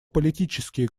политические